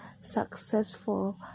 successful